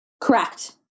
Correct